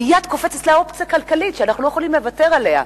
מייד קופצת לה אופציה כלכלית שאנחנו לא יכולים לוותר עליה,